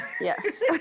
Yes